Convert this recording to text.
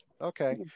Okay